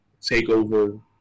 TakeOver